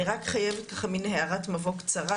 אני רק חייבת הערת מבוא קצרה,